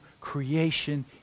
creation